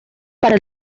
para